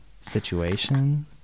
situation